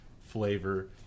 flavor